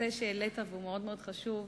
שהנושא שהעלית, והוא מאוד מאוד חשוב,